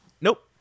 Nope